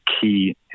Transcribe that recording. key